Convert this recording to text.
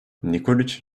nikoliç